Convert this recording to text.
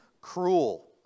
cruel